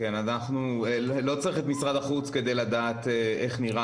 לא צריך את משרד החוץ כדי לדעת איך נראה